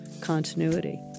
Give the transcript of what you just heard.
continuity